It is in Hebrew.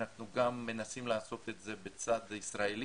אנחנו גם מנסים לעשות את זה בצד הישראלי,